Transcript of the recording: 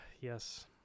yes